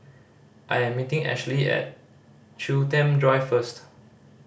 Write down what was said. I'm meeting Ashley at Chiltern Drive first